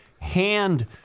hand